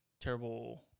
Terrible